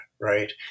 right